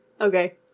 Okay